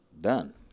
Done